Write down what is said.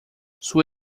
sua